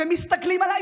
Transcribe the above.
ומסתכלים עליי,